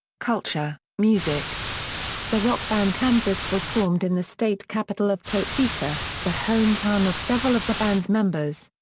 culture music the rock band kansas was formed in the state capital of topeka, the hometown of several of the band's members.